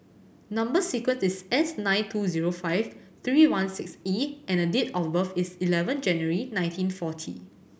number sequence is S nine two zero five three one six E and date of birth is eleven January nineteen forty